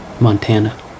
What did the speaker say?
Montana